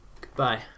Goodbye